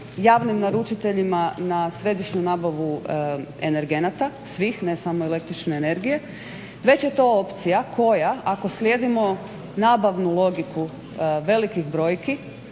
javnim naručiteljima na središnju nabavu energenata, svih, ne samo električne energije. Već je to opcija koja ako slijedimo nabavnu logiku velikih brojki,